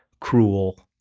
cruel,